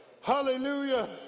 Hallelujah